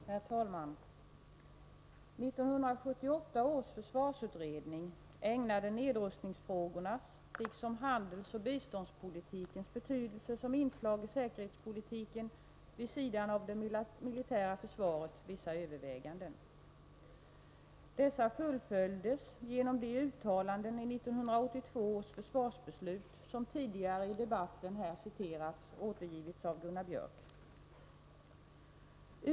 Herr talman! 1978 års försvarsutredning ägnade nedrustningsfrågorna liksom handelsoch biståndspolitikens betydelse som inslag i säkerhetspolitiken vid sidan av det militära försvaret vissa överväganden. Dessa fullföljdes genom de uttalanden i 1982 års försvarsbeslut som tidigare i debatten här citerats och återgivits av Gunnar Björk i Gävle.